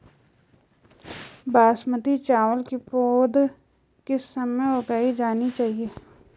बासमती चावल की पौध किस समय उगाई जानी चाहिये?